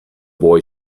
boy